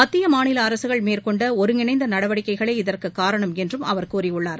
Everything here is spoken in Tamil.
மத்திய மாநில அரசுகள் மேற்கொண்ட ஒருங்கிணைந்த நடவடிக்கைகளே இதற்கு காரணம் என்றும் அவர் கூறியுள்ளார்